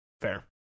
Fair